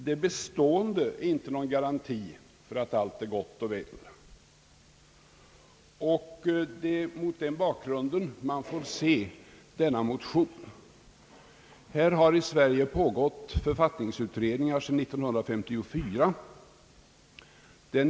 Det bestående är inte någon garanti för att allt är gott och väl. Det är mot den bakgrunden som man får se denna motion. Här har i Sverige pågått författningsutredningar sedan 1954.